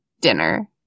dinner